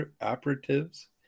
operatives